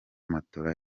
matora